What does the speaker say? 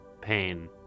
pain